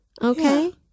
Okay